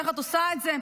איך את עושה את זה?